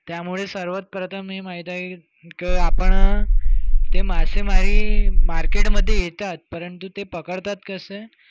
त्यामुळे सर्वात प्रथम मी माहीत आहे की आपण ते मासेमारी मार्केटमध्ये येतात परंतु ते पकडतात कसं